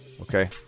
okay